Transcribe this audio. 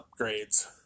upgrades